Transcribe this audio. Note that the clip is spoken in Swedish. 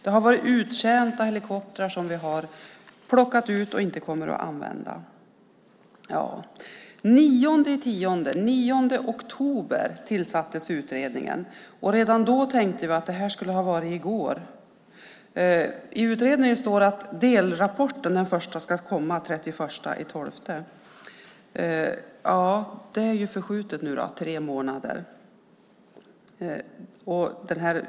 Det har varit uttjänta helikoptrar som vi har plockat ut och inte kommer att använda. Den 9 oktober tillsattes utredningen. Redan då tänkte vi att det skulle ha varit i går. I utredningen står att den första delrapporten ska komma den 31 december. Det är förskjutet nu tre månader.